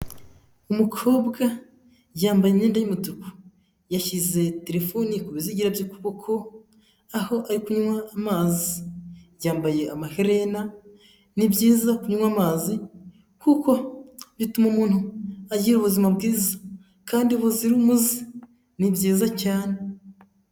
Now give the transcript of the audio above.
Umukobwa yambaye imyenda y'umutuku, yashyize telefoni ku bizigira by'ukuboko aho ari kunywa amazi, yambaye amaherena. Ni byiza kunywa amazi kuko bituma umuntu agira ubuzima bwiza kandi buzira umuze, ni byiza cyane!